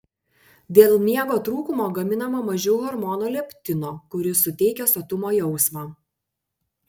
dėl miego trūkumo gaminama mažiau hormono leptino kuris suteikia sotumo jausmą